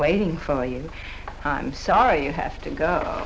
waiting for you i'm sorry you have to go